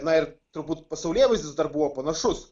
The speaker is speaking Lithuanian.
na ir turbūt pasaulėvaizdis dar buvo panašus